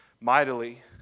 mightily